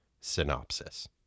synopsis